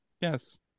Yes